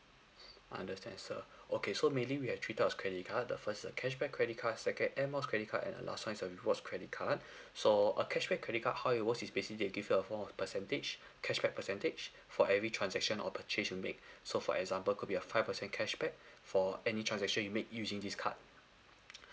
understand sir okay so mainly we have three types of credit card the first a cashback credit card second air miles credit card and uh last [one] is a rewards credit card so a cashback credit card how it works is basically they give you a form of percentage cashback percentage for every transaction or purchase you make so for example could be a five percent cashback for any transaction you make using this card